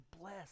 bless